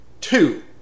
two